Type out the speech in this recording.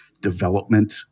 development